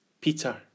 Peter